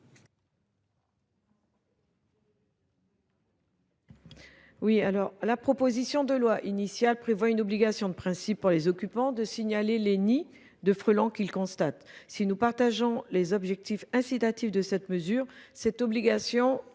La proposition de loi prévoit une obligation de principe pour les habitants de signaler les nids de frelons dont ils constatent la présence. Si nous partageons les objectifs incitatifs de cette mesure, cette obligation